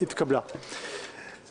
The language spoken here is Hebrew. בעד הרכב הוועדה 11. ההצעה התקבלה פה אחד.